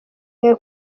yawe